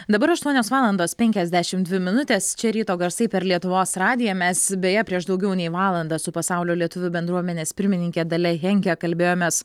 dabar aštuonios valandos penkiasdešimt dvi minutės čia ryto garsai per lietuvos radiją mes beje prieš daugiau nei valandą su pasaulio lietuvių bendruomenės pirmininke dalia henke kalbėjomės